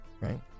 right